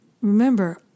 Remember